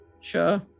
Sure